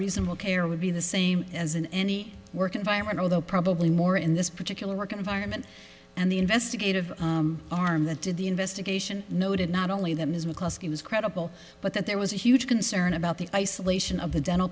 reasonable care would be the same as in any work environment although probably more in this particular work environment and the investigative arm that did the investigation noted not only that his mccloskey was credible but that there was a huge concern about the isolation of the dental